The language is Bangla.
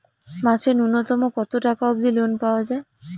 মাসে নূন্যতম কতো টাকা অব্দি লোন পাওয়া যায়?